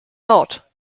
not